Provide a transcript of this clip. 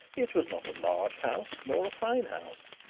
it was not a large house, nor a fine house,